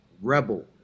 Rebel